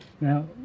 Now